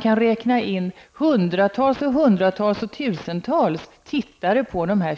kan räkna in hundratals och tusentals tittare.